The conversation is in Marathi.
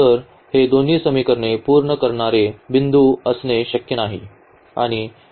तर हे दोन्ही समीकरणे पूर्ण करणारे बिंदू असणे शक्य नाही